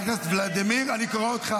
אתם בוזזים את המדינה.